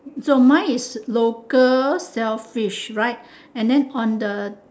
so mine is local shellfish right and then on the